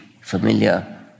familiar